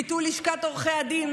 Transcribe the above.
ביטול לשכת עורכי הדין,